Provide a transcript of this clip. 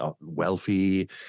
wealthy